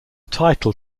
title